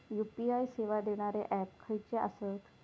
UPI सेवा देणारे app खयचे आसत?